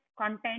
content